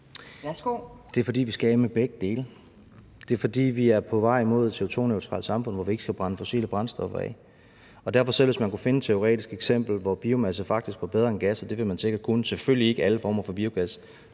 Det er, fordi vi skal af med begge dele. Det er, fordi vi er på vej mod et CO2-neutralt samfund, hvor vi ikke skal brænde fossile brændstoffer af. Og det gælder også, selv hvis man kunne finde et teoretisk eksempel, hvor biomasse faktisk var bedre end gas. Det ville man sikkert kunne, selv om det selvfølgelig ikke ville gælde alle former for biomasse,